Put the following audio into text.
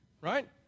right